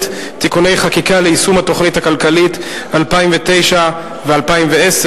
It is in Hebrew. (תיקוני חקיקה ליישום התוכנית הכלכלית לשנים 2009 ו-2010),